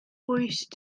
hoist